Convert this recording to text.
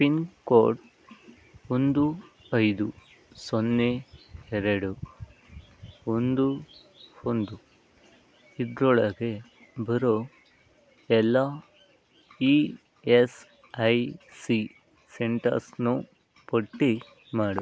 pin code ಒಂದು ಐದು ಸೊನ್ನೆ ಎರಡು ಒಂದು ಒಂದು ಇದರೊಳಗೆ ಬರೋ ಎಲ್ಲ ಇ ಎಸ್ ಐ ಸಿ ಸೆಂಟರ್ಸ್ನು ಪಟ್ಟಿ ಮಾಡು